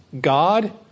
God